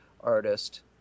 artist